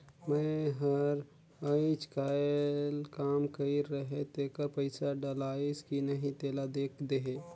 मै हर अईचकायल काम कइर रहें तेकर पइसा डलाईस कि नहीं तेला देख देहे?